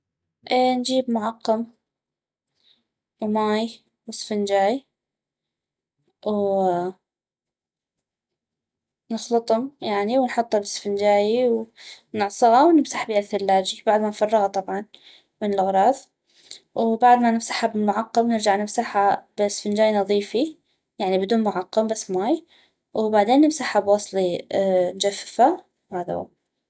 اي نجيب معقم وماي واسفنجاي ونخلطم يعني ونحط السفنجاي ونعصغا ونمسح بيها الثلاجي بعد ما نفرغها طبعاً من الغراض وبعد ما نمسحها بالمقم نرجع نمسحا بسفنجاي نظيفي يعني بدون معقم بس ماي وبعدين نمسحها بوصلي نجففها وهذا هو